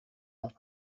ans